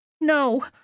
No